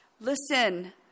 Listen